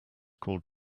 called